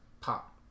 Pop